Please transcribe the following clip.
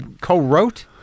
co-wrote